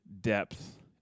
depth